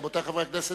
רבותי חברי הכנסת,